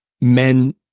men